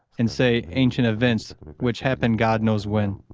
and, say, ancient events which happened god knows when,